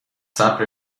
صبر